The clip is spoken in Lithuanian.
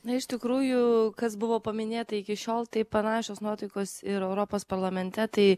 na iš tikrųjų kas buvo paminėta iki šiol tai panašios nuotaikos ir europos parlamente tai